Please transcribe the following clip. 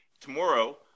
tomorrow